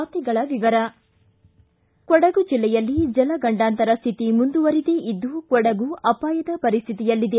ವಾರ್ತೆಗಳ ವಿವರ ಕೊಡಗು ಜಿಲ್ಲೆಯಲ್ಲಿ ಜಲಗಂಡಾಂತರ ಸ್ಥಿತಿ ಮುಂದುವರಿದೇ ಇದ್ದು ಕೊಡಗು ಅಪಾಯದ ಪರಿಸ್ಥಿತಿಯಲ್ಲಿದೆ